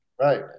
Right